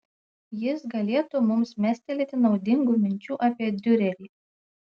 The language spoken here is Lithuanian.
jis galėtų mums mestelėti naudingų minčių apie diurerį